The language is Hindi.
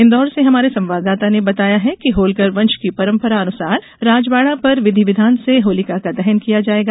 इंदौर से हमारे संवाददाता ने बताया है कि होलकर वंश की परम्परा अनुसार राजबाड़ा पर विधि विधान से होलिका का दहन किया जाएगा